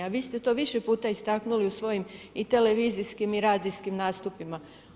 A vi ste to više puta istaknuli u svojim i televizijskim i radijskim nastupima.